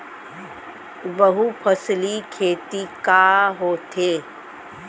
बहुफसली खेती का होथे?